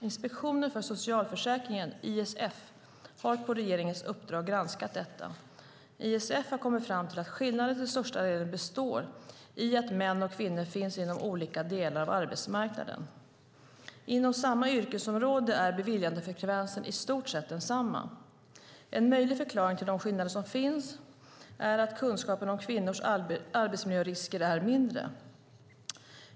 Inspektionen för socialförsäkringen, ISF, har på regeringens uppdrag granskat detta. ISF har kommit fram till att skillnaderna till största delen består i att män och kvinnor finns inom olika delar av arbetsmarknaden. Inom samma yrkesområde är beviljandefrekvensen i stort densamma. En möjlig förklaring till de skillnader som finns är att kunskapen om kvinnors arbetsmiljörisker är mindre.